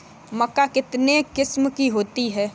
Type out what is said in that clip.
मक्का कितने किस्म की होती है?